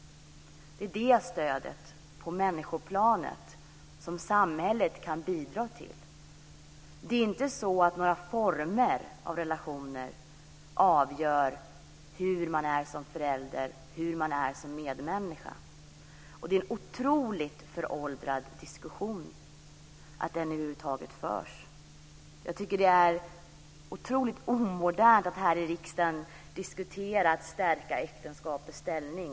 Det är stödet på människoplanet som samhället kan bidra till. Samlevnadsformen avgör inte hur man är som förälder eller som medmänniska. Det är en otroligt föråldrad diskussion. Det är konstigt att den över huvud taget förs. Jag tycker att det är otroligt omdernt att här i riksdagen diskuterar om vi ska stärka äktenskapets ställning.